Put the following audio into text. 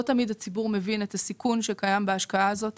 לא תמיד הציבור מבין את הסיכון שקיים בהשקעה הזאת